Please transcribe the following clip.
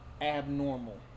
abnormal